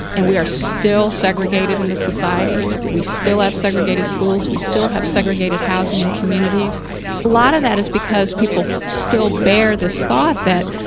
and we are still segregated in the society we still have segregated schools, we still have segregated housing and communities. a lot of that is because people still bear this thought that